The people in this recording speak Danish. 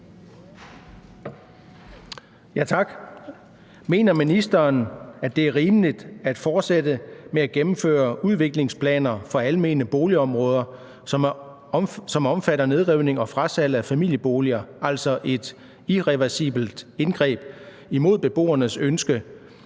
(EL): Mener ministeren, at det er rimeligt at fortsætte med at gennemføre udviklingsplaner for almene boligområder, som kan omfatte nedrivninger og frasalg af familieboliger, altså et irreversibelt indgreb, imod beboernes ønske,